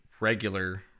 Regular